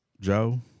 Joe